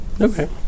Okay